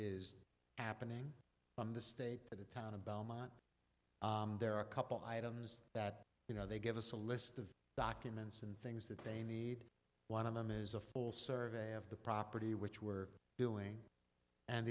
is appen in from the state of the town of belmont there are a couple items that you know they give us a list of documents and things that they need one of them is a full survey of the property which we're doing and